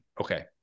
Okay